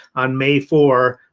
on may four,